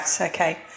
okay